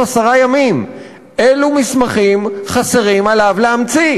עשרה ימים אילו מסמכים חסרים עליו להמציא,